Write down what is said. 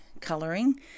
colouring